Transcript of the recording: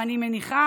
ואני מניחה,